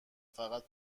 فقط